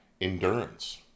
endurance